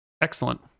Excellent